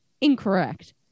incorrect